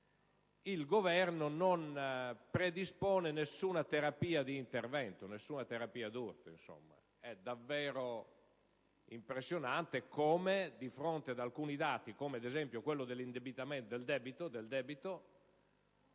il Governo non predispone nessuna terapia di intervento, nessuna terapia d'urto. È davvero impressionante come di fronte ad alcuni dati, come ad esempio quelli del debito,